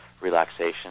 relaxation